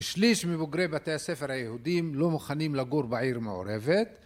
‫שליש מבוגרי בתי הספר היהודים ‫לא מוכנים לגור בעיר מעורבת.